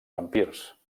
vampirs